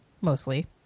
mostly